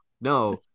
No